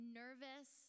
nervous